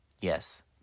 yes